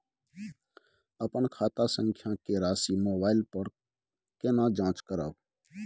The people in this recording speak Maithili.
अपन खाता संख्या के राशि मोबाइल पर केना जाँच करब?